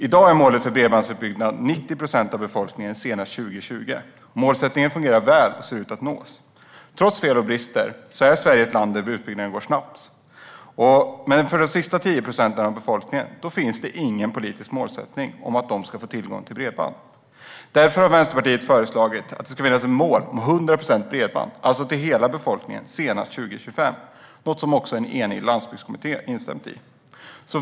I dag är målet för bredbandsutbyggnaden 90 procent av befolkningen senast 2020. Det fungerar väl, och målsättningen ser ut att nås. Trots fel och brister är Sverige ett land där utbyggnaden går snabbt. Men för de sista 10 procenten av befolkningen finns det ingen politisk målsättning om tillgång till bredband. Därför har Vänsterpartiet föreslagit ett mål på 100 procent bredband, det vill säga till hela befolkningen, senast 2025. Detta har också en enig landsbygdskommitté instämt i.